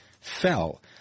fell